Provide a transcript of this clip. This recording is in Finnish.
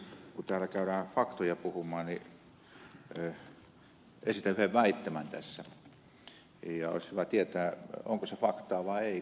kun täällä käydään faktoja puhumaan niin esitän yhden väittämän tässä ja olisi hyvä tietää onko se faktaa vai ei